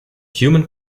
human